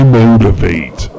motivate